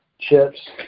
chips